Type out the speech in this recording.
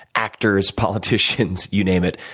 actors, politicians, you name it,